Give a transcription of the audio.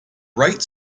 right